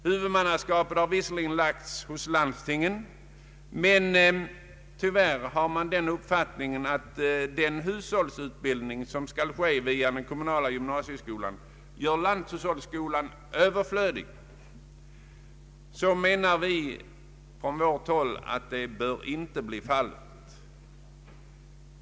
Huvudmannaskapet har visserligen lagts hos landstingen, men tyvärr har man den uppfattningen att den hushållsutbildning som skall ske via den kommunala gymnasieskolan gör lanthushållsskolan överflödig. Det anser vi från vårt håll inte bör bli fallet.